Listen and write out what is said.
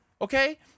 okay